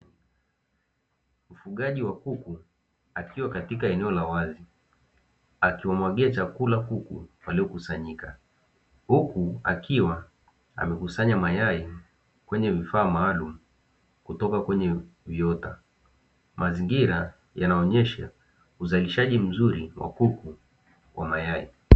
Mfugaji wa kuku akiwa katika eneo la wazi akiwamwagia chakula kuku waliokusanyika, huku akiwa amekusanya mayai kwenye vifaa maalumu kutoka kwenye viota. Mazingira yanaonyesha uzalishaji mzuri wa kuku wa mayai.